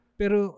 pero